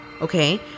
Okay